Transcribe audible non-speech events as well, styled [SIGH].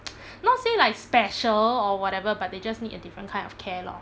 [NOISE] [BREATH] not say like special or whatever but they just need a different kind of care lor